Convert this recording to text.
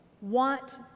want